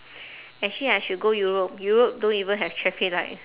actually I should go europe europe don't even have traffic light